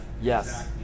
Yes